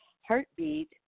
heartbeat